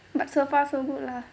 but so far so good lah